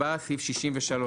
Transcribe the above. הוועדה יכולה להצביע על סעיף 63ד,